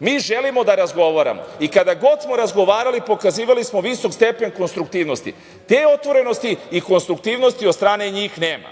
Mi želimo da razgovaramo i kada god smo razgovarali pokazivali smo visok stepen konstruktivnosti. Te otvorenosti i konstruktivnosti od strane njih nema.